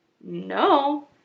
No